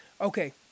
Okay